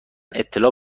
اطلاع